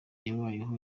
yabayeho